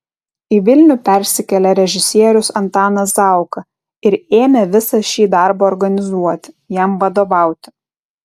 į vilnių persikėlė režisierius antanas zauka ir ėmė visą šį darbą organizuoti jam vadovauti